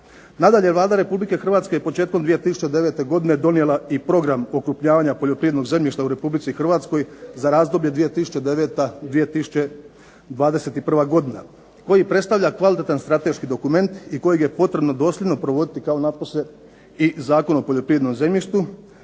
Nadalje Vlada Republike Hrvatske je početkom 2009. godine donijela i program okrupnjavanja poljoprivrednog zemljišta u Republici Hrvatskoj za razdoblje 2009.-2021. godina, koji predstavlja kvalitetan strateški dokument i kojeg je potrebno dosljedno provoditi kao napose i Zakon o poljoprivrednom zemljištu